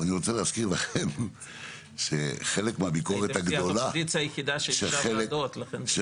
אבל אני רוצה להזכיר לכם שחלק מהביקורת הגדולה של חלק,